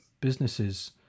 businesses